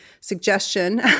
suggestion